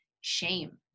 shame